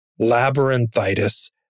labyrinthitis